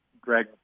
Greg